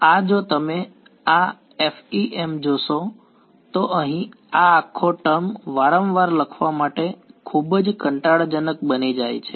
આ જો તમે આ FEM જોશો તો અહીં આ આખો ટર્મ વારંવાર લખવા માટે ખૂબ જ કંટાળાજનક બની જાય છે